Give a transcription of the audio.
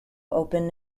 open